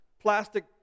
plastic